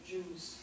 Jews